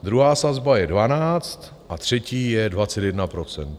Druhá sazba je 12 a třetí je 21 procent.